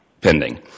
pending